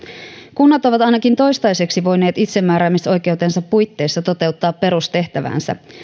kunnat ovat ainakin toistaiseksi voineet itsemääräämisoikeutensa puitteissa toteuttaa perustehtäväänsä